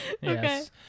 yes